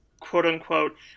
quote-unquote